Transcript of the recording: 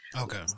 Okay